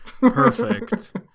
Perfect